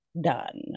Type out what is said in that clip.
done